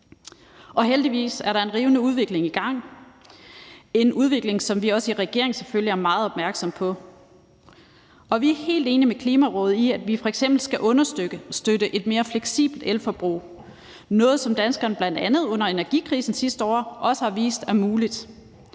Og heldigvis er der en rivende udvikling i gang, en udvikling, som vi i regeringen selvfølgelig også er meget opmærksomme på. Og vi er helt enige med Klimarådet i, at vi f.eks. skal understøtte et mere fleksibelt elforbrug, noget, som danskerne bl.a. under energikrisen sidste år også har vist er muligt.